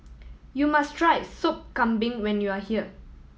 you must try Sop Kambing when you are here